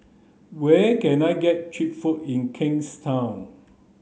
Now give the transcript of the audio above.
where can I get cheap food in Kingstown